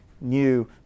new